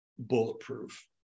Bulletproof